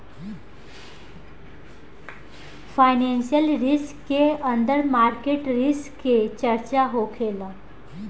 financial risk के अंदर market risk के चर्चा होखेला